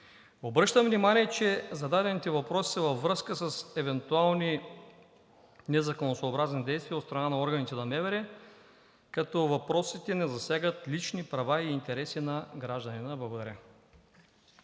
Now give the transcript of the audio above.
Обръщам внимание, че зададените въпроси са във връзка с евентуални незаконосъобразни действия от страна на органите на МВР, като въпросите не засягат лични права и интереси на гражданина.